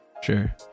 sure